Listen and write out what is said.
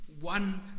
One